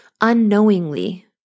unknowingly